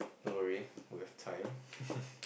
don't worry we have time